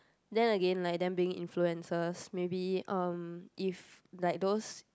then again like them being influencers maybe um if like those